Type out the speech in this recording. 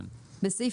בוודאי.